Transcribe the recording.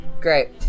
Great